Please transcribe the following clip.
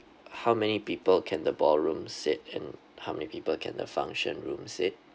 how many people can the ballroom seat and how many people can the function room seat